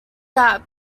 that